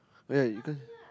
oh yeah because